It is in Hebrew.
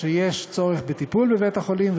שיש צורך בטיפול בבית-החולים,